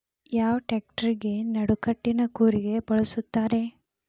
ಯಾವ ಟ್ರ್ಯಾಕ್ಟರಗೆ ನಡಕಟ್ಟಿನ ಕೂರಿಗೆ ಬಳಸುತ್ತಾರೆ?